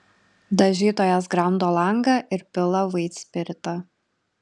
dažytojas gramdo langą ir pila vaitspiritą